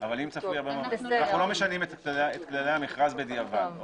אבל אם צפוי הרבה מאוד אנחנו לא משנים את כללי המכרז בדיעבד,